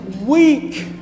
weak